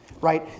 Right